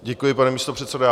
Děkuji, pane místopředsedo.